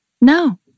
No